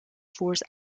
force